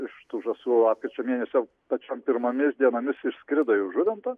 iš tų žąsų lapkričio mėnesio pačiom pirmomis dienomis išskrido iš žuvinto